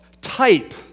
type